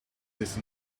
this